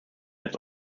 als